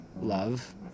love